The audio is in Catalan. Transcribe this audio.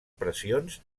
pressions